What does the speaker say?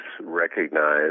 recognize